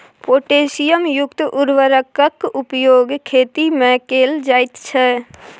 potassium युक्त उर्वरकक प्रयोग खेतीमे कैल जाइत छै